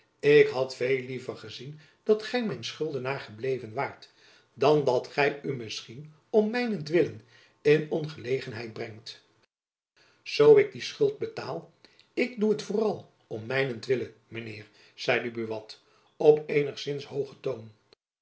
ik had veel liever gezien dat gy mijn schuldenaar gebleven waart dan dat gy u misschien om mijnent wille in ongelegenheid brengt zoo ik die schuld betaal ik doe het vooral om mijnent wille mijn heer zeide buat op eenigzins hoogen toon